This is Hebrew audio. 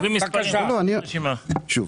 אז אני אענה, שוב